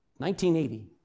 1980